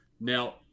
Now